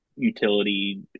utility